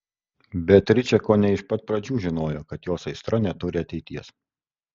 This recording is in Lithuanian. beatričė kone iš pat pradžių žinojo kad jos aistra neturi ateities